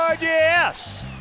Yes